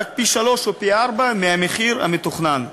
רק בפי-שלושה או פי-ארבעה מהמחיר המתוכנן.